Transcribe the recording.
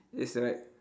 is like